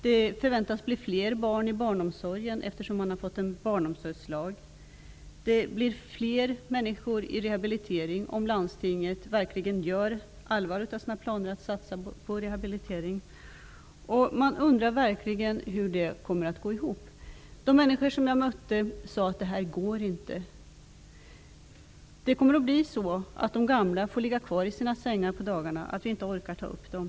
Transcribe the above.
Det förväntas bli fler barn i barnomsorgen, eftersom vi har fått en barnomsorgslag. Det blir fler människor i rehabilitering om landstinget verkligen gör allvar av sina planer att satsa på rehabilitering. Man undrar verkligen hur det skall gå ihop. De människor som jag mötte sade: Det här går inte. Det kommer att bli så att de gamla får ligga kvar i sina sängar på dagarna, att vi inte orkar ta upp dem.